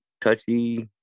touchy